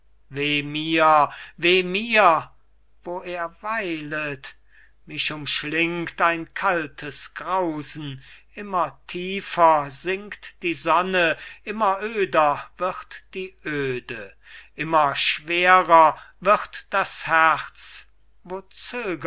wo er weilet mich umschlingt ein kaltes grausen immer tiefer singt die sonne immer öder wird die öde immer schwerer wird das herz wo